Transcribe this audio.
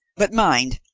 but mind,